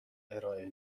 ارائه